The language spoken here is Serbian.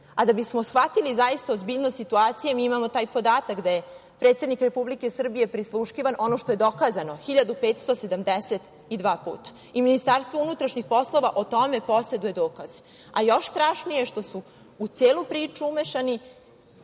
bismo shvatili zaista ozbiljnost situacije, mi imamo taj podatak da je predsednik Republike Srbije prisluškivan, ono što je dokazano, 1.572 puta. I Ministarstvo unutrašnjih poslova o tome poseduje dokaze. Još strašnije je što su u celu priču umešani